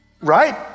right